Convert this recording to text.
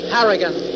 Harrigan